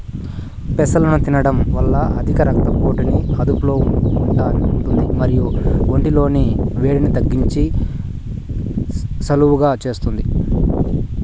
పెసలను తినడం వల్ల అధిక రక్త పోటుని అదుపులో ఉంటాది మరియు ఒంటి లోని వేడిని తగ్గించి సలువ చేస్తాది